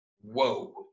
whoa